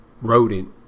rodent